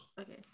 okay